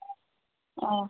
ಆ